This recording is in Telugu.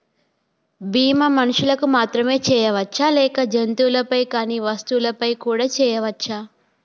బీమా మనుషులకు మాత్రమే చెయ్యవచ్చా లేక జంతువులపై కానీ వస్తువులపై కూడా చేయ వచ్చా?